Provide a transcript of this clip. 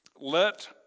Let